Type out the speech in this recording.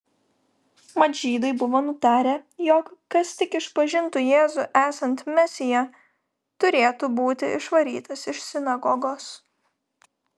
mat žydai buvo nutarę jog kas tik išpažintų jėzų esant mesiją turėtų būti išvarytas iš sinagogos